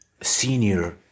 senior